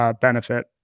benefit